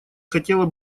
хотела